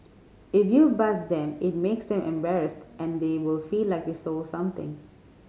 if you buzz them it makes them embarrassed and they will feel like they stole something